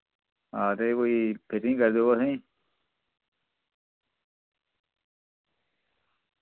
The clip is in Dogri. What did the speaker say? हां ते कोई फिटिंग करी दियो असें